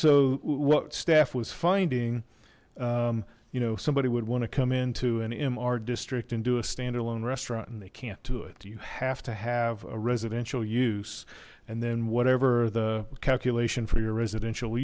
so what staff was finding you know somebody would want to come in to an m our district and do a standalone restaurant and they can't do it you have to have a residential use and then whatever the calculation for your residential